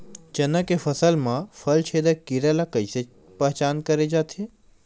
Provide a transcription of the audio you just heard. चना के फसल म फल छेदक कीरा ल कइसे पहचान करे जाथे?